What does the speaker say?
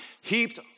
heaped